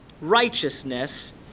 righteousness